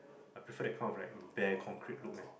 I prefer that bare concrete look ah